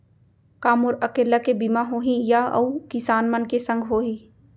का मोर अकेल्ला के बीमा होही या अऊ किसान मन के संग होही?